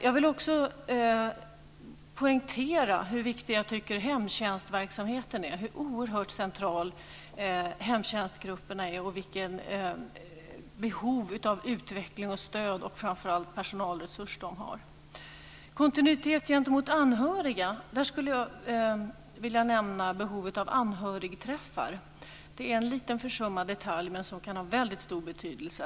Jag vill också poängtera hur viktig jag tycker att hemtjänstverksamheten är. Hemtjänstgrupperna är oerhört centrala. De har ett oerhört behov av utveckling av stöd och personalresurser. När det gäller kontinuitet gentemot anhöriga skulle jag vilja nämna behovet av anhörigträffar. Det är en liten försummad detalj som kan ha väldigt stor betydelse.